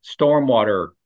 stormwater